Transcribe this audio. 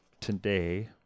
today